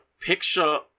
picture